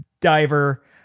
diver